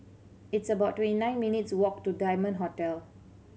it's about twenty nine minutes' walk to Diamond Hotel